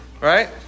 right